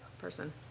person